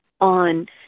on